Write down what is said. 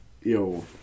yo